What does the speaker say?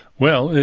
well,